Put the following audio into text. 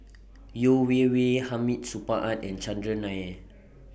Yeo Wei Wei Hamid Supaat and Chandran Nair